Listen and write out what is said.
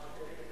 חקיקה),